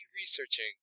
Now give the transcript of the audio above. researching